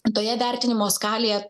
toje vertinimo skalėje